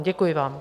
Děkuji vám.